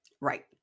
Right